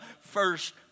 first